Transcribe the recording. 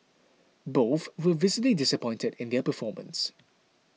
both were visibly disappointed in their performance